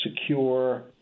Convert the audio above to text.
secure